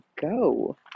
go